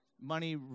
Money